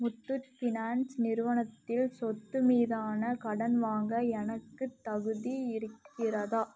Muthoot finance நிறுவனத்தில் சொத்து மீதான கடன் வாங்க எனக்குத் தகுதி இருக்கிறதா